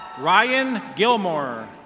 ryan gilmore.